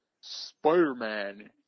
Spider-Man